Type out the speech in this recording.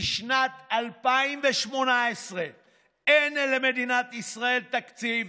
משנת 2018 אין למדינת ישראל תקציב,